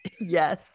Yes